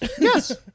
Yes